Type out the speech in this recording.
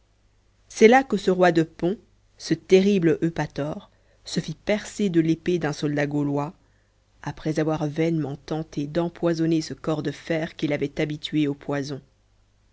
c'est là que ce roi de pont ce terrible eupator se fit percer de l'épée d'un soldat gaulois après avoir vainement tenté d'empoisonner ce corps de fer qu'il avait habitué aux poisons